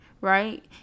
right